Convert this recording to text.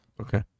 Okay